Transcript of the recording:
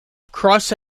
cross